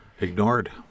Ignored